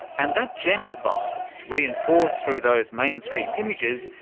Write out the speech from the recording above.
and that gender bias, reinforced through those mainstream images,